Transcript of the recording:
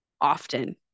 often